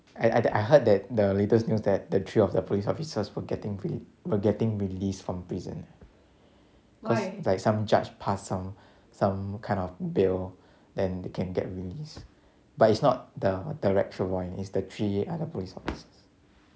I I I heard that the latest news that the three of the police officers were getting re~ were getting released from prison because like some judged pass some some kind of bail then they can get released but it's not the the one is the three other police officers